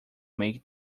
make